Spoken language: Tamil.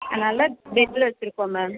அதனால பெட்டில் வச்சுருக்கோம் மேம்